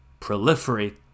proliferate